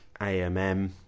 AMM